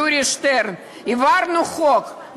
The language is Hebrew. העברנו חוק,